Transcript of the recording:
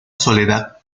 soledad